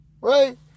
right